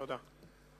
תודה.